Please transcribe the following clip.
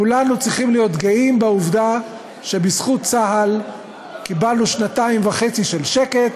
כולנו צריכים להיות גאים בעובדה שבזכות צה"ל קיבלנו שנתיים וחצי של שקט,